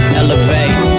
elevate